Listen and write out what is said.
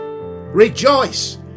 Rejoice